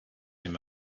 him